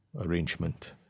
arrangement